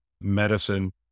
medicine